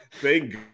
thank